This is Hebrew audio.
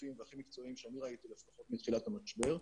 מקיפים והכי מקצועיים שאני ראיתי לפחות מתחילת המשבר.